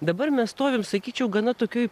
dabar mes stovim sakyčiau gana tokioj